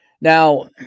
Now